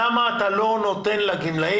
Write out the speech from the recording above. למה אתה לא נותן לגמלאים